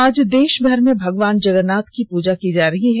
आज देषभर में भगवान जगन्नाथ की पूजा की जा रही है